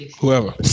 whoever